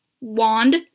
wand